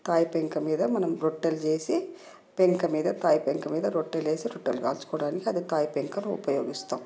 కాయి పెంక మీద మనం రొట్టెలు చేసి పెంక మీద కాయిపెంక మీద రొట్టెలు వేసి రొట్టెలు కాల్చుకోవడానికి కాయి పెంకను ఉపయోగిస్తాం